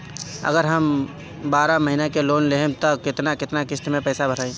अगर हम बारह महिना के लोन लेहेम त केतना केतना किस्त मे पैसा भराई?